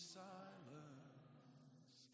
silence